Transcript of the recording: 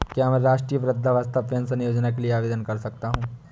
क्या मैं राष्ट्रीय वृद्धावस्था पेंशन योजना के लिए आवेदन कर सकता हूँ?